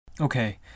Okay